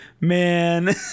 man